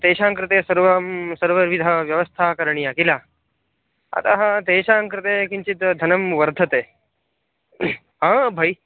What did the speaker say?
तेषाङ्कृते सर्वं सर्वविध व्यवस्था करणीया किल अतः तेषाङ्कृते किञ्चित् धनं वर्धते हा भय्